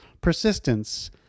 persistence